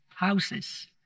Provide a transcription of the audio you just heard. Houses